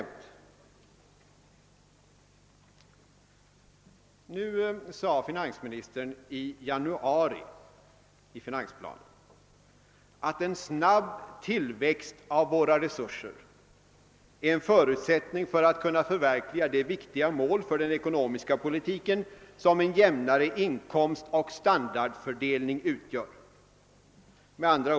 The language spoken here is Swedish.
I januari framhöll finansministern i finansplanen, att en snabb tillväxt av våra resurser är en förutsättning för att kunna förverkliga det viktiga mål för den ekonomiska politiken som en jämnare inkomstoch standardfördelning utgör. Herr talman!